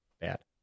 bad